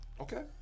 Okay